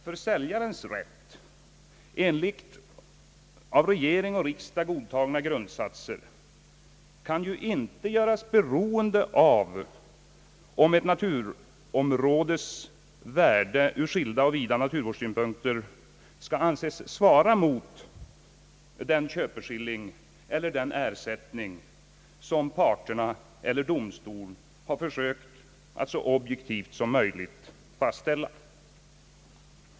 Säljarens rätt — enligt av regering och riksdag godtagna grundsatser — kan ju inte göras beroende av om ett naturvårdsområdes värde ur skilda och vida naturvårdssynpunkter skall anses svara mot den köpeskilling eller den ersättning, som parterna eller domstol försökt att så objektivt som möjligt fastställa.